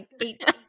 eight